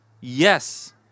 yes